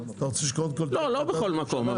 לא בכל מקום.